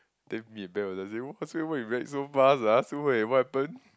then me and Ben was like saying !wah! Su-Hui you react so fast ah Su-Hui what happened